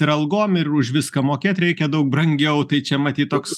ir algom ir už viską mokėt reikia daug brangiau tai čia matyt toks